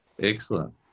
Excellent